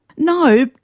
no,